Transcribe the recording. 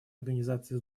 организации